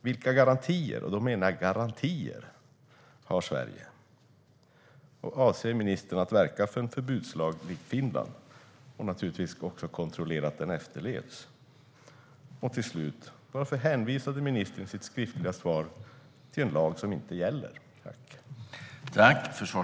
Vilka garantier, och då menar jag garantier , har Sverige? Avser ministern att verka för en förbudslag likt den som finns i Finland och kontrollera att den också efterlevs? Och varför hänvisade ministern i sitt skriftliga svar till en lag som inte gäller?